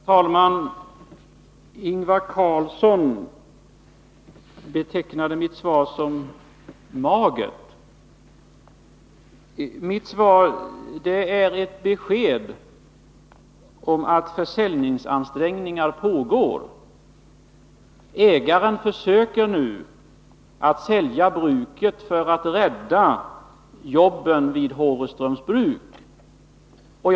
Herr talman! Ingvar Karlsson i Bengtsfors betecknade mitt svar som magert. Svaret var ett besked om att försäljningsansträngningar pågår. Ägaren försöker alltså nu att sälja Håvreströms Bruk för att rädda jobben vid bruket.